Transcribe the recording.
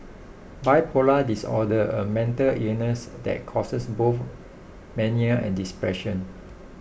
bipolar disorder a mental illness that causes both mania and depression